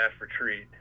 retreat